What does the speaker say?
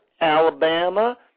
Alabama